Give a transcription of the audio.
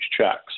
checks